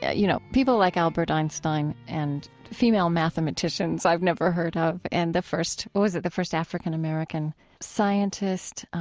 yeah you know, people like albert einstein and female mathematicians i've never heard of, and the first was it the first african-american scientist